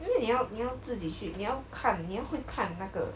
因为你要你要自己去你要会看那个